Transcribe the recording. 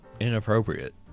inappropriate